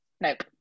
nope